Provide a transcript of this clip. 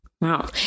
Wow